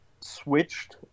switched